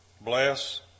bless